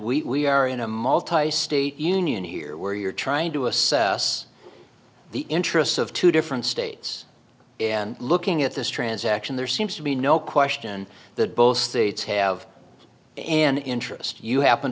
again we are in a multi state union here where you're trying to assess the interests of two different states and looking at this transaction there seems to be no question that both states have an interest you happen